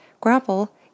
Grapple